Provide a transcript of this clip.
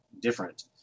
different